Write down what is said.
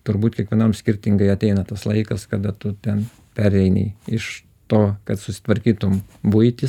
turbūt kiekvienam skirtingai ateina tas laikas kada tu ten pereini iš to kad susitvarkytum buitį